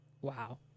Wow